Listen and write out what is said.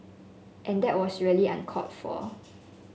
and that was really uncalled for